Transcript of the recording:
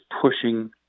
pushing